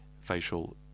facial